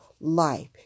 life